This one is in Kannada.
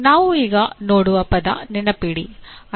ನಾವು ಈಗ ನೋಡುವ ಪದ "ನೆನಪಿಡಿ"